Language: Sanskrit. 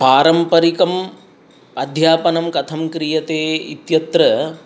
पारम्परिकम् अध्यापनं कथं क्रियते इत्यत्र